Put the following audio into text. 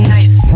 Nice